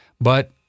but-